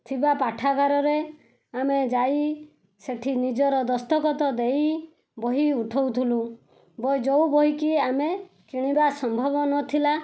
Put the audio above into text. ଥିବା ପାଠାଗାରରେ ଆମେ ଯାଇ ସେଠି ନିଜର ଦସ୍ତଖତ ଦେଇ ବହି ଉଠାଉଥୁଲୁ ବ ଯେଉଁ ବହିକି ଆମେ କିଣିବା ସମ୍ଭବ ନଥିଲା